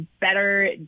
better